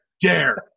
dare